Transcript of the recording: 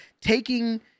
Taking